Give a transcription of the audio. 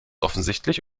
offensichtlich